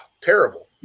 Terrible